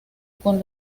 con